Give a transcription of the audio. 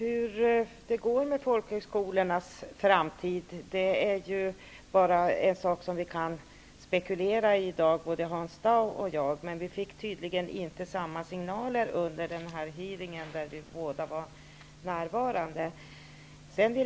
Fru talman! Både Hans Dau och jag kan bara spekulera i hur det går med folkhögskolorna i framtiden. Men vi fick tydligen inte samma signaler under den hearing där vi båda var närvarande.